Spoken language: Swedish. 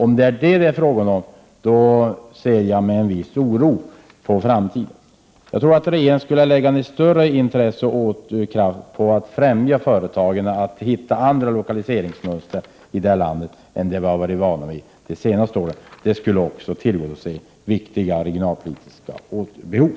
Om det är så ser jag med en viss oro på framtiden. Jag tror att det skulle vara bra om regeringen skulle lägga ned större intresse och kraft på att främja företagens intresse att hitta andra lokaliseringsmönster i vårt land än de som vi har varit vana vid de senaste åren. Härigenom skulle man också tillgodose viktiga regionalpolitiska behov.